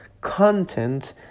content